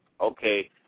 Okay